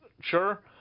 sure